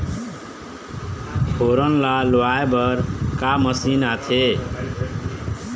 फोरन ला लुआय बर का मशीन आथे?